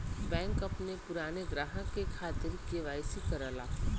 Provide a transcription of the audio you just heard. bank अपने पुराने ग्राहक के खातिर के.वाई.सी करला